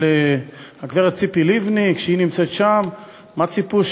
של הגברת ציפי לבני כשהיא נמצאת שם, מה ציפו?